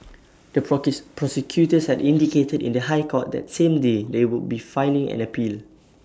the prosecutors had indicated in the High Court that same day they would be filing an appeal